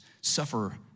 suffer